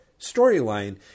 storyline